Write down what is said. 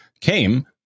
came